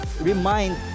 remind